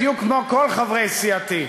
בדיוק כמו כל חברי סיעתי,